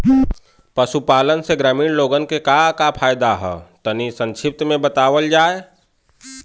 पशुपालन से ग्रामीण लोगन के का का फायदा ह तनि संक्षिप्त में बतावल जा?